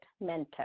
mentor